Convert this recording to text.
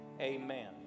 Amen